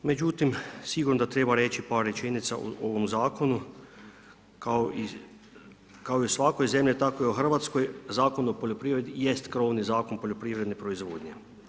Međutim, sigurno da treba reći par rečenica o ovom Zakonu, kao i u svakoj zemlji, tako i u RH, Zakon o poljoprivredi jest krovni Zakon poljoprivredne proizvodnje.